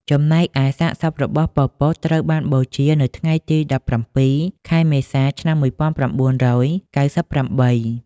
ចំណែកឯសាកសពរបស់ ប៉ុល ពត ត្រូវបានបូជា នៅថ្ងៃទី១៧ ខែមេសា ឆ្នាំ១៩៩៨។